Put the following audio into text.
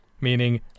meaning